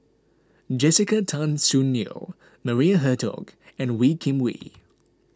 Jessica Tan Soon Neo Maria Hertogh and Wee Kim Wee